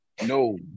No